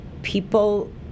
people